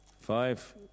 Five